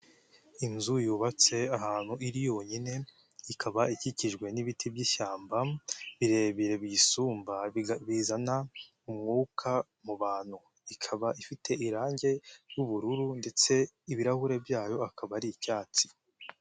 Inzu yubatse ahantu iri yonyine, ikaba ikikijwe n'ibiti by'ishyamba birebire biyisumba bizana umwuka mu bantu; ikaba ifite irangi ry'ubururu ndetse ibirahure byayo akaba ari icyatsi.